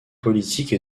politique